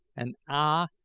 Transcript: and, ah,